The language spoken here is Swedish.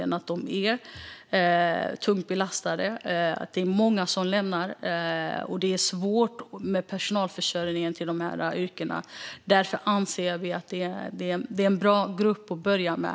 Kvinnorna är tungt belastade. Många lämnar yrket, och personalförsörjningen till dessa yrken är svår. Därför anser vi att de vore en bra grupp att börja med.